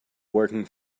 working